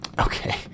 Okay